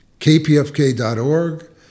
KPFK.org